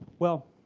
well,